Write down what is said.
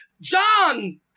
John